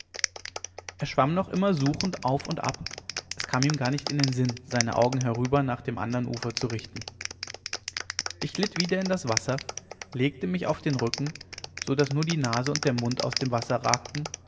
er schwamm noch immer suchend auf und ab es kam ihm gar nicht in den sinn sein auge herüber nach dem anderen ufer zu richten ich glitt wieder in das wasser legte mich auf den rücken so daß nur die nase und der mund aus dem wasser ragten